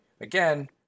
again